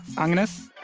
agnes